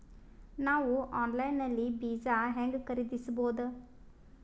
ನಾವು ಆನ್ಲೈನ್ ನಲ್ಲಿ ಬೀಜ ಹೆಂಗ ಖರೀದಿಸಬೋದ?